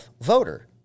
voter